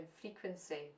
frequency